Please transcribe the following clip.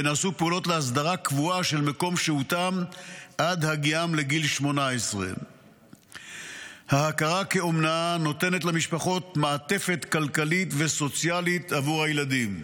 ונעשו פעולות להסדרה קבועה של מקום שהותם עד הגיעם לגיל 18. ההכרה כאומנה נותנת למשפחות מעטפת כלכלית וסוציאלית עבור הילדים.